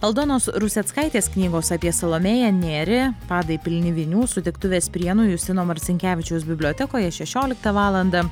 aldonos ruseckaitės knygos apie salomėją nėrį padai pilni vinių sutiktuvės prienų justino marcinkevičiaus bibliotekoje šešioliktą valandą